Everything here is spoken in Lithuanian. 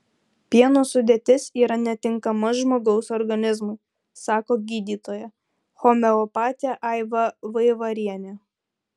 pieno sudėtis yra netinkama žmogaus organizmui sako gydytoja homeopatė aiva vaivarienė